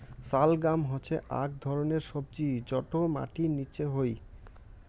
শালগাম হসে আক ধরণের সবজি যটো মাটির নিচে হই